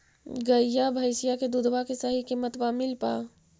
गईया भैसिया के दूधबा के सही किमतबा मिल पा?